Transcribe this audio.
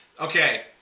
Okay